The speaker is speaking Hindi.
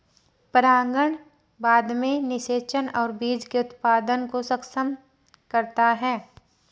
परागण बाद में निषेचन और बीज के उत्पादन को सक्षम करता है